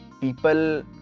people